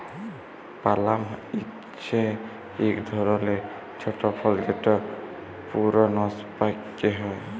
পালাম হছে ইক ধরলের ছট ফল যেট পূরুনস পাক্যে হয়